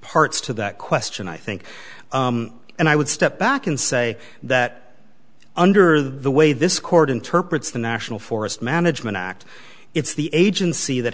parts to that question i think and i would step back and say that under the way this court interprets the national forest management act it's the agency that